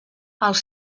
els